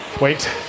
wait